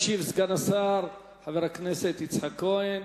ישיב סגן השר חבר הכנסת יצחק כהן.